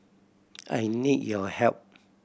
I need your help